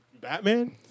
Batman